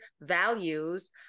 values